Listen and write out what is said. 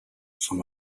from